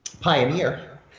pioneer